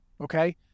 okay